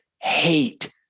hate